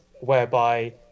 whereby